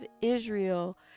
Israel